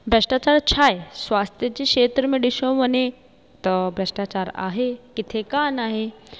भ्रष्टाचार छा आहे स्वास्थ्य जी खेत्र में ॾिसो वञे त भ्रष्टाचार आहे किथे कोन आहे